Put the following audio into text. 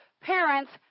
parents